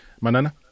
manana